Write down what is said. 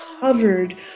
covered